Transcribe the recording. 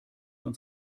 uns